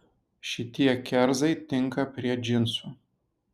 šitie kerzai tinka prie džinsų